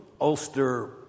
Ulster